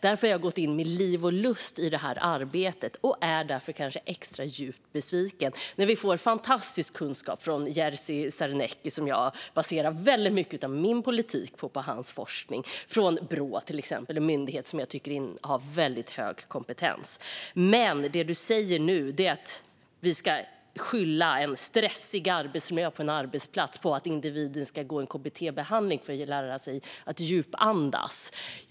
Därför har jag gått in med liv och lust i arbetet, och därför har jag kanske blivit extra djupt besviken när vi har fått fantastisk kunskap från Jerzy Sarnecki. Jag baserar mycket av min politik på hans forskning från till exempel Brå, en myndighet som jag tycker har hög kompetens. Men nu säger Johan Hedin att vi ska skylla en stressig arbetsmiljö på en arbetsplats på att individen ska gå i kbt-behandling för att lära sig att djupandas.